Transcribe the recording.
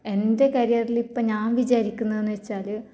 എൻ്റെ കരിയറിൽ ഇപ്പം ഞാൻ വിചാരിക്കുന്നതെന്ന് വെച്ചാൽ